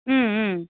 ம் ம்